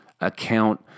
account